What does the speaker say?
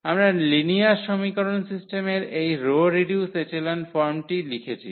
আমরা লিনিয়ার সমীকরণ সিস্টেমের এই রো রিডিউসড এচেলন ফর্মটি লিখেছি